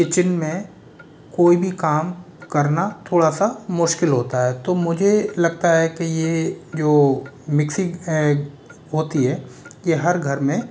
kitchen में कोई भी काम करना थोड़ा सा मुश्किल होता है तो मुझे लगता है के यह जो मिक्सी होती है यह हर घर में